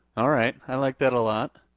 all right, i like that a lot.